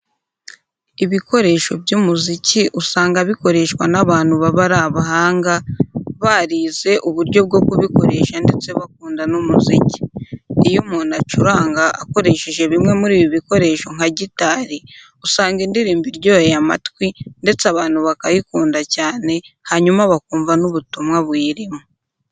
Ibikoresho by'umuziki usanga bikoreshwa n'abantu baba ari abahanga, barize uburyo bwo kubikoresha ndetse bakunda n'umuziki. Iyo umuntu ucuranga akoresheje bimwe muri ibi bikoresho nka gitari, usanga indirimbo iryoheye amatwi ndetse abantu bakayikunda cyane hanyuma bakumva n'ubutumwa buyirimo .